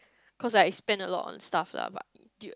cause I spend a lot on stuff lah but I~ dude